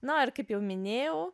na kaip jau minėjau